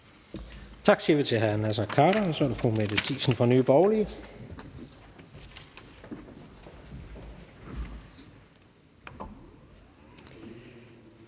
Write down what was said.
Tak siger vi til hr. Naser Khader. Så er det fru Mette Thiesen fra Nye Borgerlige.